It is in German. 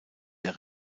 der